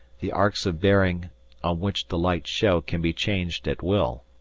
the arcs of bearing on which the lights show can be changed at will.